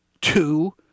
Two